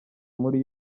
muri